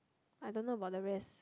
I don't know about the rest